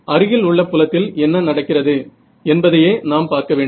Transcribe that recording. அருகிலுள்ள புலத்தில் என்ன நடக்கிறது என்பதையே நாம் பார்க்கவேண்டும்